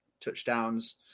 touchdowns